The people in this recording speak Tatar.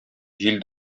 җил